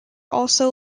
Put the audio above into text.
also